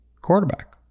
Quarterback